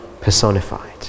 personified